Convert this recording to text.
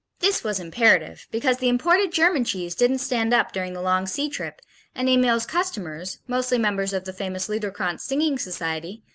this was imperative because the imported german cheese didn't stand up during the long sea trip and emil's customers, mostly members of the famous liederkranz singing society,